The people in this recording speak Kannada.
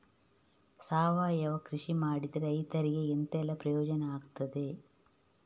ಸಾವಯವ ಕೃಷಿ ಮಾಡಿದ್ರೆ ರೈತರಿಗೆ ಎಂತೆಲ್ಲ ಪ್ರಯೋಜನ ಆಗ್ತದೆ?